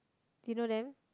do you know them